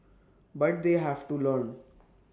but they have to learn